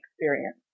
experience